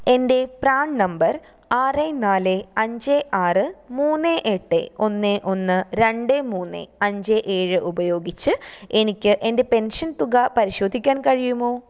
എന്റെ PRAN number ആറ് നാല് അഞ്ച് ആറ് മൂന്ന് എട്ട് ഒന്ന് ഒന്ന് രണ്ട് മൂന്ന് അഞ്ച് ഏഴ് ഉപയോഗിച്ച് എനിക്ക് എന്റെ പെൻഷൻ തുക പരിശോധിക്കാൻ കഴിയുമോ